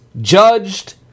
judged